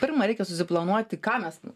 pirma reikia susiplanuoti ką mes